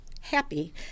happy